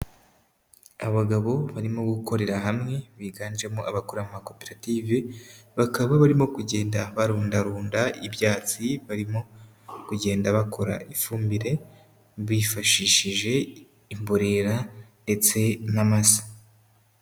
Abagabo barimo gukorera hamwe biganjemo abakora amakoperative, bakaba barimo kugenda barundarunda ibyatsi, barimo kugenda bakora ifumbire bifashishije imborera ndetse n'amase.